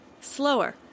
Slower